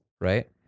right